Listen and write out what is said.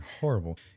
horrible